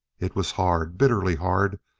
it was hard, bitterly hard,